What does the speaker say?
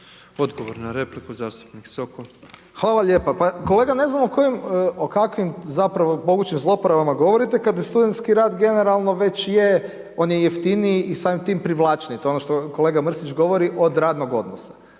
Odgovor na repliku, zastupnik Sokol. **Sokol, Tomislav (HDZ)** Hvala lijepa. Pa kolega, ne znamo o kakvim zapravo mogućim zloporabama govorite kad studentski rad već je, on je jeftiniji i samim tim privlačniji, to je ono što kolega Mrsić govori, od radnog odnosa.